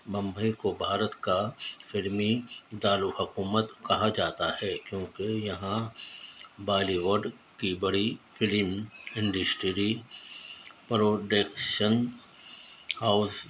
ممبئی کو بھارت کا فلمی دارالحکومت کہا جاتا ہے کیونکہ یہاں بالی ووڈ کی بڑی فلم انڈسٹری پروڈیکشن ہاؤس